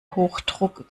hochdruck